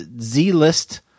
z-list